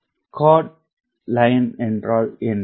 அறை வரி என்றால் என்ன